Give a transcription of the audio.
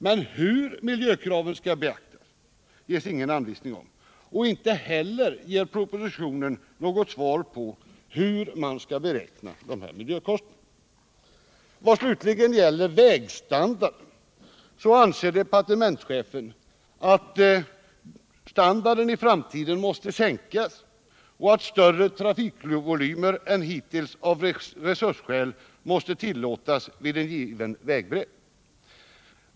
Men hur miljökraven skall beaktas ges det ingen anvisning om, och inte heller ger propositionen något svar på hur man skall beräkna miljökostnaderna. Departementschefen anser att vägstandarden i framtiden måste sänkas, och att större trafikvolymer än hittills av resursskäl måste tillåtas vid en given vägbredd.